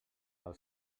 pel